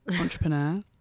entrepreneur